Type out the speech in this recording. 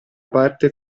parte